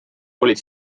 olid